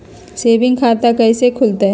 Saving खाता कैसे खुलतई?